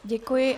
Děkuji.